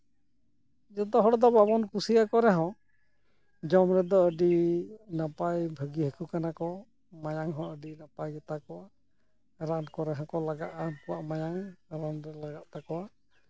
ᱡᱚᱛᱚ ᱦᱚᱲ ᱫᱚ ᱵᱟᱵᱚᱱ ᱠᱩᱥᱤᱭᱟᱠᱚ ᱨᱮᱦᱚᱸ ᱡᱚᱢ ᱨᱮᱫᱚ ᱟᱹᱰᱤ ᱱᱟᱯᱟᱭ ᱵᱷᱟᱹᱜᱤ ᱦᱟᱹᱠᱩ ᱠᱟᱱᱟ ᱠᱚ ᱢᱟᱭᱟᱝ ᱦᱚᱸ ᱟᱹᱰᱤ ᱱᱟᱯᱟᱭ ᱜᱮᱛᱟ ᱠᱚᱣᱟ ᱨᱟᱱ ᱠᱚ ᱨᱮᱦᱚᱸ ᱠᱚ ᱞᱟᱜᱟᱜᱼᱟ ᱩᱱᱠᱩᱞᱟᱜ ᱢᱟᱭᱟᱝ ᱨᱟᱱ ᱨᱮ ᱞᱟᱜᱟᱜ ᱛᱟᱠᱚᱣᱟ